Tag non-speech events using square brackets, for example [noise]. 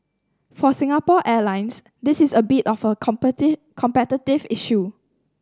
for Singapore Airlines this is a bit of a [unintelligible] competitive issue